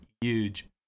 huge